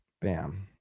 bam